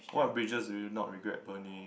what bridges do you not regret burning